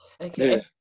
okay